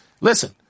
listen